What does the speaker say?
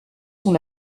sont